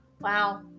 Wow